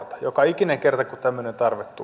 joka ikinen kerta kun tämä nyt tarvittu